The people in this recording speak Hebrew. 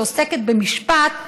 שעוסקת במשפט,